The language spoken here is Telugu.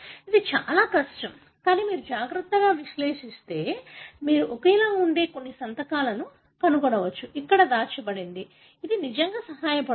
ఇది చాలా కష్టం కానీ మీరు జాగ్రత్తగా విశ్లేషిస్తే మీరు ఒకేలా ఉండే కొన్ని సంతకాలను కనుగొనవచ్చు అక్కడ దాచబడినది సరియైనది ఇది నిజంగా సహాయపడుతుంది